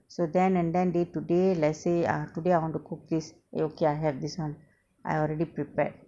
so then and then day to day let's say ah today I want to cook this eh okay I have this one I already prepared